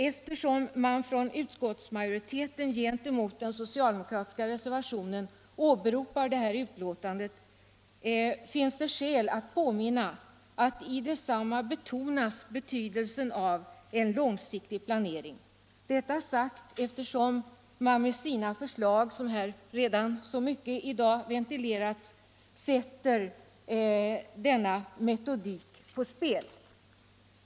Eftersom utskottsmajoriteten gentemot den socialdemokratiska reservationen åberopar detta tidigare utlåtande finns det skäl att påminna om att i detsamma betonas betydelsen av en långsiktig planering; detta sagt eftersom majoriteten med sina förslag, vilka redan ventilerats så mycket här i dag, sätter denna metodik på spel.